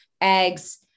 eggs